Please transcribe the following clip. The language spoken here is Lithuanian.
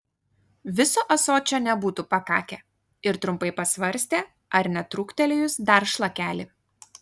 viso ąsočio nebūtų pakakę ir trumpai pasvarstė ar netrūktelėjus dar šlakelį